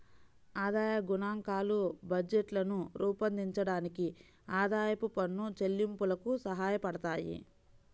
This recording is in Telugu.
ఆదాయ గణాంకాలు బడ్జెట్లను రూపొందించడానికి, ఆదాయపు పన్ను చెల్లింపులకు సహాయపడతాయి